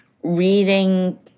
Reading